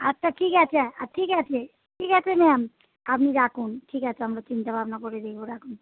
আচ্ছা ঠিক আছে আ ঠিক আছে ঠিক আছে ম্যাম আপনি রাখুন ঠিক আছে আমরা চিন্তা ভাবনা করে দেখবো রাখুন